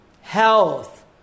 Health